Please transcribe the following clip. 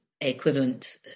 equivalent